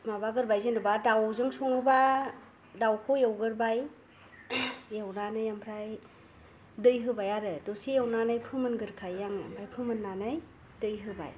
माबागोरबाय जेनेबा दाउजों सङोबा दाउखौ एवगोरबाय एवनानै ओमफ्राय दै होबाय आरो दसे एवनानै फोमोनगोरखायो आङो फोमोननानै दै होबाय